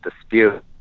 dispute